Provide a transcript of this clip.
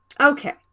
Okay